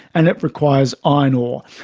and it requires iron ore.